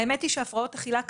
האמת היא שהפרעות אכילה,